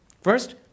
First